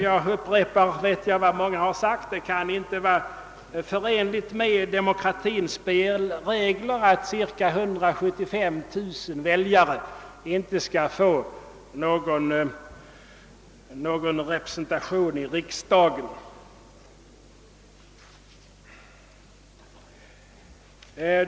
Jag upprepar vad många har sagt, nämligen att det inte kan vara förenligt med demokratins spelregler att cirka 175 000 väljare inte skall få någon representation i riksdagen.